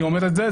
אני אומר את זה,